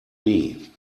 nie